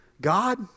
God